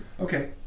Okay